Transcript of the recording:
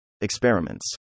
Experiments